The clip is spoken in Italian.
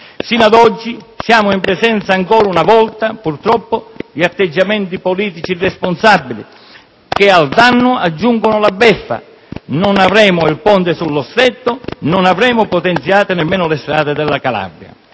Sino ad oggi siamo in presenza, ancora una volta purtroppo, di atteggiamenti politici irresponsabili che al danno aggiungono la beffa: non avremo il ponte sullo Stretto, non avremo potenziate nemmeno le strade della Calabria.